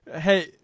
Hey